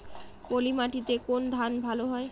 পলিমাটিতে কোন ধান ভালো হয়?